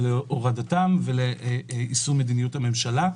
ולהורדתם, וליישום מדיניות הממשלה.